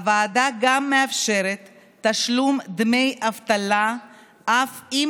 הוועדה מאפשרת תשלום דמי אבטלה אף אם